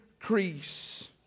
increase